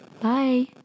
Bye